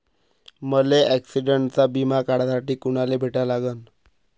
मले ॲक्सिडंटचा बिमा काढासाठी कुनाले भेटा लागन?